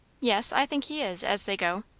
yes, i think he is as they go.